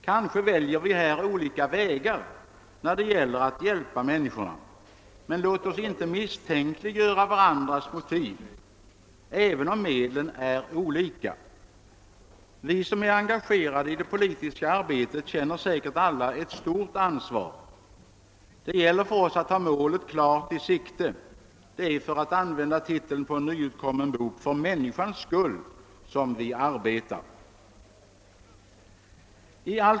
Kanske väljer vi olika vägar när det gäller att hjälpa människorna. Men låt oss inte misstänkliggöra varandras motiv, även om medlen är olika. Vi som är engagerade i det politiska arbetet känner säkert alla ett stort ansvar. Det gäller för oss att ha målet klart i sikte; det är, för att använda titeln på en nyutkom men bok »För människans skull» som vi arbetar.